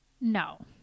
No